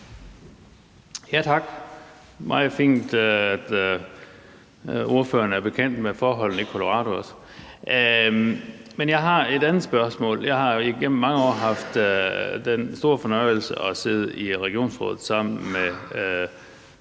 Tak. Det er meget fint, at ordføreren også er bekendt med forholdene i Colorado. Men jeg har et andet spørgsmål. Jeg har jo igennem mange år haft den store fornøjelse at sidde i regionsrådet sammen med